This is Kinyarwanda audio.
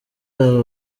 aba